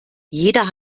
jeder